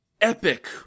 epic